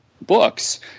books